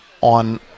on